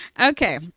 Okay